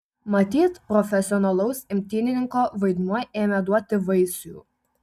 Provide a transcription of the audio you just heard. matyt profesionalaus imtynininko vaidmuo ėmė duoti vaisių